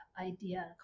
idea